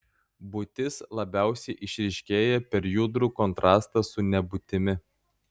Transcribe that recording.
būtis labiausiai išryškėja per judrų kontrastą su nebūtimi